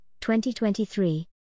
2023